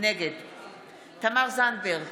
נגד תמר זנדברג,